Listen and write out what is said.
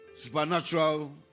Supernatural